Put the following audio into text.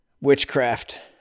witchcraft